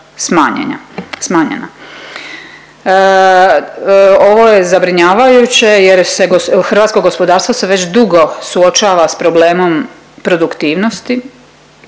smanjena. Ovo je zabrinjavajuće jer hrvatsko gospodarstvo se već dugo suočava sa problemom produktivnosti,